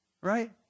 right